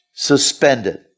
Suspended